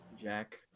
jack